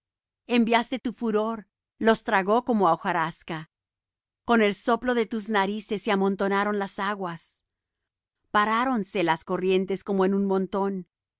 enviaste tu furor los tragó como á hojarasca con el soplo de tus narices se amontonaron las aguas paráronse las corrientes como en un montón